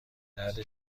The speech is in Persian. درد